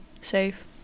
safe